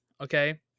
okay